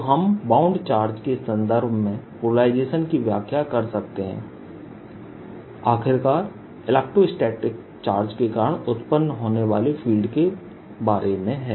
तो हम bound charge के संदर्भ में पोलराइजेशन की व्याख्या कर सकते हैं आखिरकार इलेक्ट्रोस्टैटिक चार्ज के कारण उत्पन्न होने वाले फील्ड के बारे में है